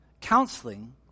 counseling